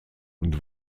und